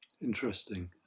Interesting